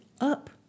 up